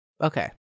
Okay